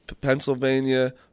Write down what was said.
Pennsylvania